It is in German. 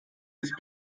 ist